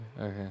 Okay